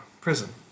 prison